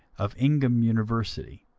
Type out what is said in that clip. of ingham university,